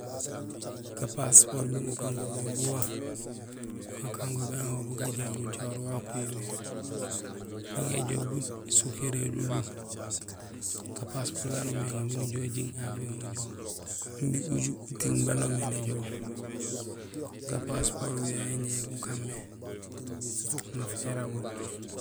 Ga passeport minja gukaan go mé bu wa; gukakaan go béŋa go bu gajahoor; ujahoor wa kuhimé nang éjoow bun ésuk yara élunlum, ga paaseport nuñumé éŋaar miin ujoow ujiiŋ avion miinujoow imbi uju utiiŋ baan noomé néjoow ga passeport yo yayé yan inja gukaan mé; nafa yara go.